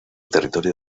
territorio